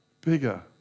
Bigger